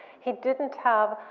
he didn't have,